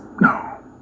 No